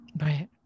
right